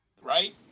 Right